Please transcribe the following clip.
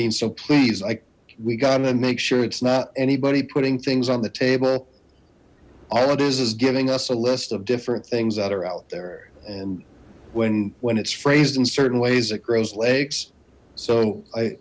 means so please like we got to make sure it's not anybody putting things on the table all it is is giving us a list of different things that are out there and when when it's phrased in certain ways it grows legs so i